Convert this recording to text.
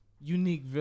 unique